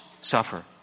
suffer